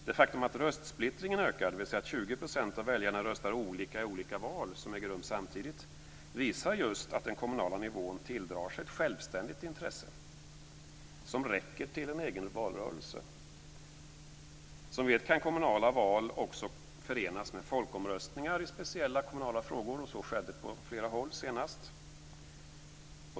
Det faktum att röstsplittringen ökar, dvs. att 20 % av väljarna röstar olika i olika val som äger rum samtidigt, visar just att den kommunala nivån tilldrar sig ett självständigt intresse som räcker till en egen valrörelse. Som vi vet kan kommunala val också förenas med folkomröstningar i speciella kommunala frågor. Så skedde på flera håll senast.